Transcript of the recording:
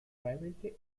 privately